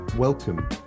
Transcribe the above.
Welcome